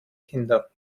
kinder